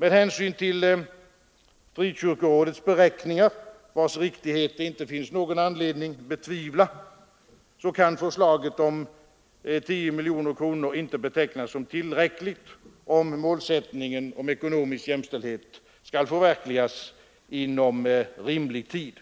Med hänsyn till frikyrkorådets beräkningar, vilkas riktighet det inte finns någon anledning att betvivla, kan förslaget om 10 miljoner kronor inte betecknas som tillräckligt om målsättningen om ekonomisk jämställdhet skall förverkligas inom rimlig tid.